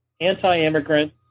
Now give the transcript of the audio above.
anti-immigrant